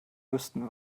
wüssten